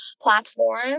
platform